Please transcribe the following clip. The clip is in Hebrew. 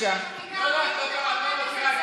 עם כל הכבוד,